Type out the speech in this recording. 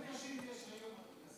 כמה חולים קשים יש היום?